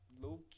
Low